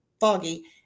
foggy